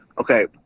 Okay